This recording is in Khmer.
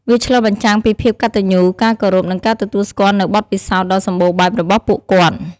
វាឆ្លុះបញ្ចាំងពីភាពកតញ្ញូ ការគោរព និងការទទួលស្គាល់នូវបទពិសោធន៍ដ៏សម្បូរបែបរបស់ពួកគាត់។